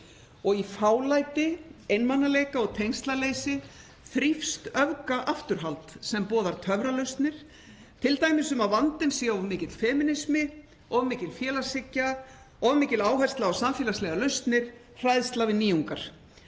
Og í fálæti, einmanaleika og tengslaleysi þrífst öfgaafturhald sem boðar töfralausnir, t.d. um að vandinn sé of mikill femínismi, of mikil félagshyggja, of mikil áhersla á samfélagslegar lausnir, hræðsla við nýjungar.